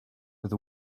with